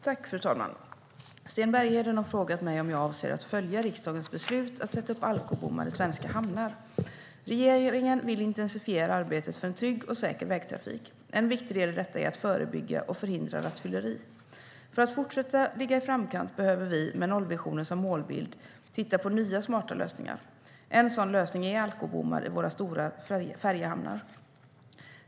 Fru talman! Sten Bergheden har frågat mig om jag avser att följa riksdagens beslut att sätta upp alkobommar i svenska hamnar. Regeringen vill intensifiera arbetet för en trygg och säker vägtrafik. En viktig del i detta är att förebygga och förhindra rattfylleri. För att fortsätta ligga i framkant behöver vi, med nollvisionen som målbild, titta på nya, smarta lösningar. En sådan lösning är alkobommar i våra stora färjehamnar.